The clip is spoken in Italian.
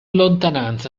lontananza